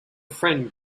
friend